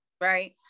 right